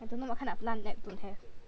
I don't know what kind of 烂 app don't have